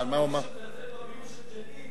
אמרתי לו שמי שמזלזל בביוב של ג'נין,